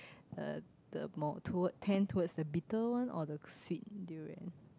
uh the more to tend towards the bitter one or the sweet durian